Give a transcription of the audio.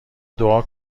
دعا